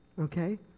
Okay